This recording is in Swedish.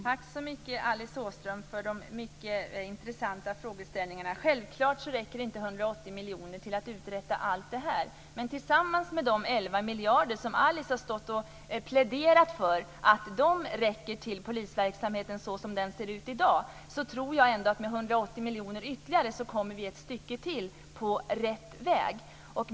Herr talman! Tack så mycket, Alice Åström, för de mycket intressanta frågorna. Självklart räcker inte 180 miljoner kronor till att uträtta allt detta. Men tillsammans med de 11 miljarder kronor som Alice Åström har stått och pläderat för ska räcka till polisverksamheten såsom den ser ut i dag, tror jag ändå att vi med 180 miljoner kronor ytterligare kommer ett stycke till på rätt väg.